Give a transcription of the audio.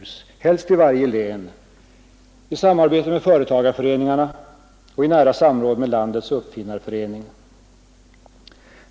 Helst bör de upprättas i varje län i samarbete med företagarföreningarna och i nära samråd med landets uppfinnarförening.